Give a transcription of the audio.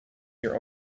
your